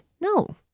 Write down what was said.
No